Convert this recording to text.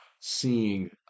seeing